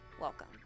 Welcome